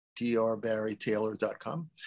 drbarrytaylor.com